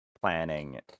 planning